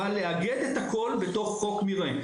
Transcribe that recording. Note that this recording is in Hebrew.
אבל שהכול יהיה מאוגד תחת חוק המרעה,